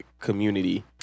community